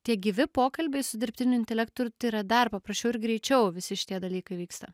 tie gyvi pokalbiai su dirbtiniu intelektu ir tai yra dar paprasčiau ir greičiau visi šitie dalykai vyksta